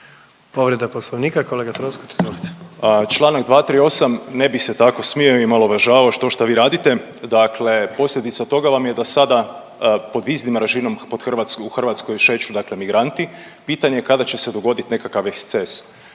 Povreda Poslovnika, kolega Troskot. Izvolite. **Troskot, Zvonimir (MOST)** Članak 238. ne bih se tako smio i omalovažavao to što vi radite. Dakle, posljedica toga vam je da sada pod viznim režimom u Hrvatskoj šeću dakle migranti. Pitanje je kada će se dogoditi nekakav eksces.